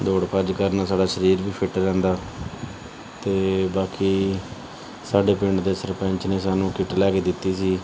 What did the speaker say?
ਦੌੜ ਭੱਜ ਕਰਨ ਨਾਲ ਸਾਡਾ ਸਰੀਰ ਵੀ ਫਿਟ ਰਹਿੰਦਾ ਅਤੇ ਬਾਕੀ ਸਾਡੇ ਪਿੰਡ ਦੇ ਸਰਪੰਚ ਨੇ ਸਾਨੂੰ ਕਿੱਟ ਲੈ ਕੇ ਦਿੱਤੀ ਸੀ